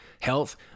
Health